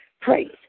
Praise